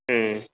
हूँ